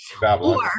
Babylon